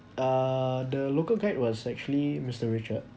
uh the local guide was actually mister richard